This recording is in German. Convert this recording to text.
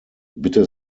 bitte